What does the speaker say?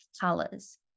colors